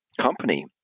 company